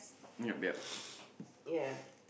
yeah